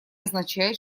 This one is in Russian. означает